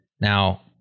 Now